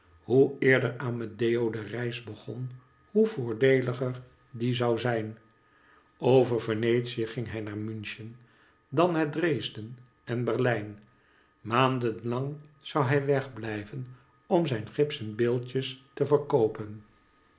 hoe eerder amedeo de reis begon hoe voordeeliger die zou zijn over venetie ging hij naar miinchen dan naar dresden en berlijn maanden lang zou hij wegbhjven om zijn gipsen beeldjes te verkoopen